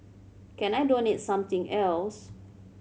can I donate something else